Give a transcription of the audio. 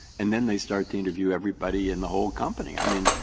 and then they start to interview everybody in the whole company. i mean,